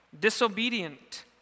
disobedient